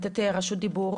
רשות דיבור